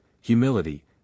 humility